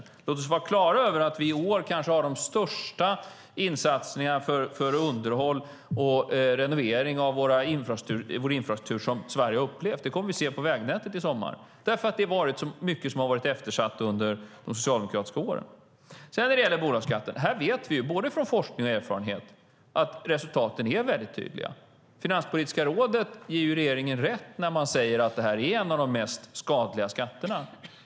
Låt oss också vara klara över att vi i år gör den kanske största insats som Sverige upplevt vad gäller underhåll och renovering av vår infrastruktur. Det kommer vi att se på vägnätet i sommar. Det gör vi eftersom så mycket blev eftersatt under de socialdemokratiska åren. När det gäller bolagsskatten vet vi, både från forskning och av erfarenhet, att resultaten är mycket tydliga. Finanspolitiska rådet ger regeringen rätt när de säger att bolagsskatten är en av de mest skadliga skatterna.